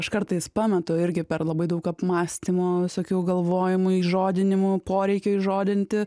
aš kartais pametu irgi per labai daug apmąstymų visokių galvojimų įžodinimų poreikio įžodinti